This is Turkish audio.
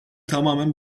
tamamen